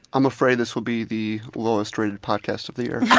i'm afraid this will be the lowest-rated podcast of the year.